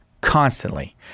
constantly